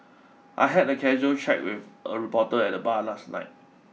I had a casual chat with a reporter at the bar last night